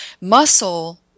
Muscle